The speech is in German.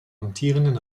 amtierenden